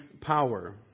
power